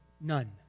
none